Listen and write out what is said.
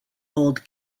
old